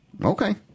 Okay